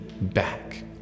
back